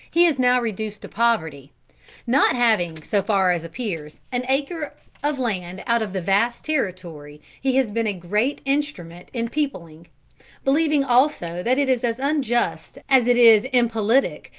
he is now reduced to poverty not having, so far as appears, an acre of land out of the vast territory he has been a great instrument in peopling believing also that it is as unjust as it is impolitic,